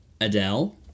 Adele